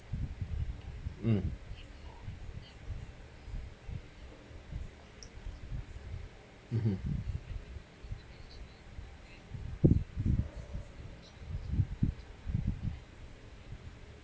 um mmhmm